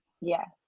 Yes